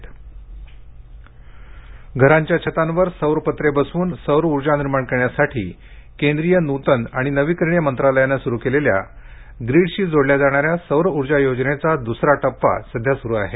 उर्जा मंत्रालय घरांच्या छतांवर सौर पत्रे बसवून सौर ऊर्जा निर्माण करण्यासाठी केंद्रीय नूतन आणि नवीकरणीय मंत्रालयानं स्रू केलेल्या ग्रीडशी जोडल्या जाणाऱ्या सौर ऊर्जा योजनेचा द्सरा प्पा सध्या सुरू आहे